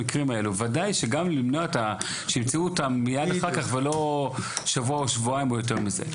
וגם להביא לכך שימצאו אותם מיד אחר כך ולא שבוע או שבועיים אחרי זה.